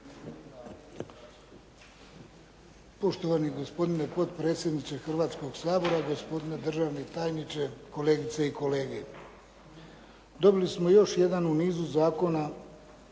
Poštovani gospodine potpredsjedniče Hrvatskog sabora, gospodine državni tajniče, kolegice i kolege. Dobili smo još jedan u nizu zakona